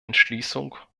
entschließung